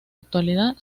actualidad